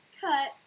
cut